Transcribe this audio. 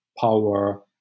power